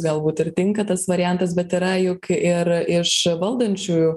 galbūt ir tinka tas variantas bet yra juk ir iš valdančiųjų